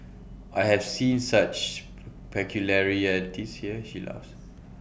I have seen such peculiarities here she laughs